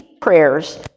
prayers